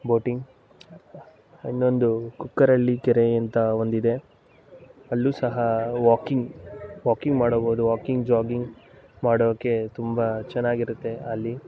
boating ಇನ್ನೊಂದು ಕುಕ್ಕರಳ್ಳಿ ಕೆರೆ ಅಂತ ಒಂದು ಇದೆ ಅಲ್ಲೂ ಸಹ ವಾಕಿಂಗ್ ವಾಕಿಂಗ್ ಮಾಡಬೋದು ವಾಕಿಂಗ್ ಜಾಗಿಂಗ್ ಮಾಡೋಕ್ಕೆ ತುಂಬ ಚೆನ್ನಾಗಿರುತ್ತೆ ಅಲ್ಲಿ